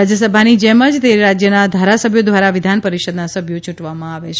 રાજ્યસભાની જેમ જ તે રાજ્યના ધારસભ્યો દ્વારા વિધાન પરિષદના સભ્યો યૂંટવામાં આવે છે